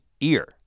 ear